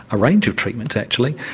a range of treatments actually,